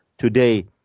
Today